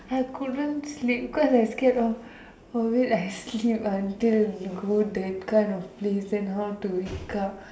I couldn't sleep cause I scared of of it I sleep until go that kind of place then how to wake up